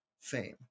fame